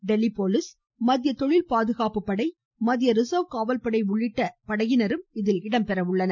Delhi police மத்திய தொழில் பாதுகாப்பு படை மத்திய ரிசர்வ் காவல் படை உள்ளிட்டவையும் இதில் இடம்பெறுகின்றன